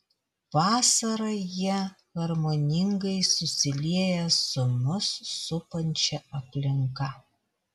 vasarą jie harmoningai susilieja su mus supančia aplinka